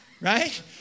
right